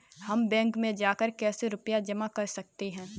हम बैंक में जाकर कैसे रुपया जमा कर सकते हैं?